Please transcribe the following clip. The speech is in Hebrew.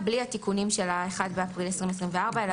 בלי התיקונים של ה-1 באפריל 2024 אלא